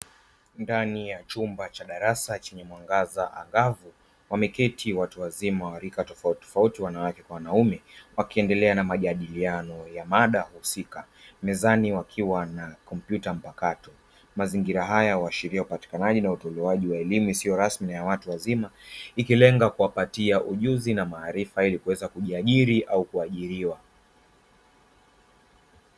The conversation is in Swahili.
Ndani ya chumba cha darasa chenye mwangaza angavu, wameketi watu wazima wa rika tofautitofauti wanawake kwa wanaume, wakiendelea na majadiliano ya mada husika; mezani wakiwa na kompyuta mpakato. Mazingira haya huashiria upatikanaji na utolewaji wa elimu isiyo rasmi ya watu wazima, ikilenga kuwapatia ujuzi na maarifa ili kuweza kujiajiri au kuajiriwa.